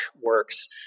works